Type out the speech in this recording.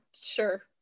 Sure